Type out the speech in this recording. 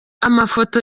amafoto